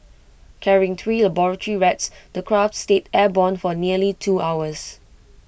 carrying three laboratory rats the craft stayed airborne for nearly two hours